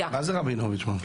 מה זה רבינוביץ' ממליץ?